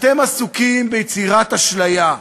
אתם עסוקים ביצירת אשליה,